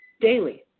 daily